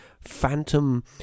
phantom